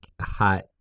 hot